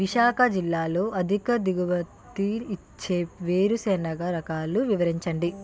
విశాఖ జిల్లాలో అధిక దిగుమతి ఇచ్చే వేరుసెనగ రకాలు వివరించండి?